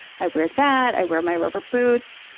i wear that, i wear my rubber boots,